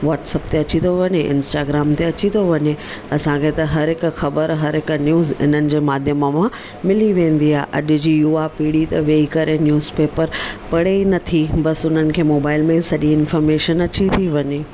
WhatsApp ते अची थो वञे इंस्टाग्राम ते अची थो वञे असांखे त हर हिकु ख़बरु हर हिकु न्यूज़ हिननि जे माध्यम मां मिली वेंदी आहे अॼु जी युवा पीड़ी त वेही करे न्यूज़ पेपर पढे ई नथी बसि हुननि खे मोबाइल में सॼी इंफॉर्मेशन अची थी वञे